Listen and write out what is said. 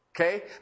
okay